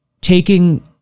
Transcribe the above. taking